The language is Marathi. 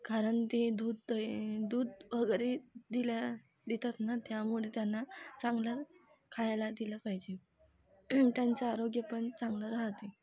कारण ते दूध द दूध वगैरे दिल्या देतात ना त्यामुळे त्यांना चांगलं खायला दिलं पाहिजे त्यांचं आरोग्य पण चांगलं राहते